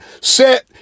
set